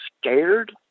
scared